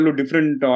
different